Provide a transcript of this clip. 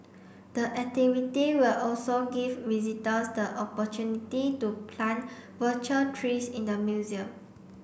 the activity will also give visitors the opportunity to plant virtual trees in the museum